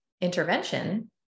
intervention